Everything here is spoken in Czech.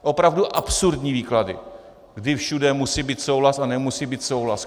Opravdu absurdní výklady, kdy všude musí být souhlas a nemusí být souhlas.